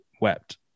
wept